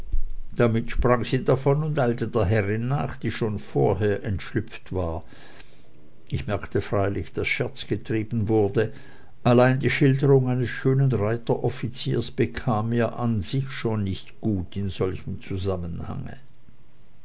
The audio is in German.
damit sprang sie davon und eilte der herrin nach die schon vorher entschlüpft war ich merkte freilich daß scherz getrieben wurde allein die schilderung eines schönen reiteroffiziers bekam mir an sich schon nicht gut in solchem zusammenhange